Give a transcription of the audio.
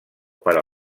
per